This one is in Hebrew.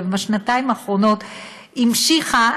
ובשנתיים האחרונות המשיכה,